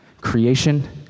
Creation